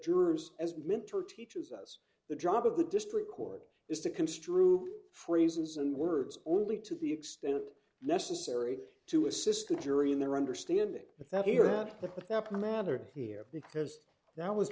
jurors as mentor teaches us the job of the district court is to construe phrases and words only to the extent necessary to assist the jury in their understanding that he or that that mattered here because that was